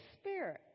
Spirit